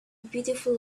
beautiful